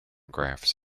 graphs